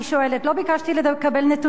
לא ביקשתי לקבל נתונים כלליים,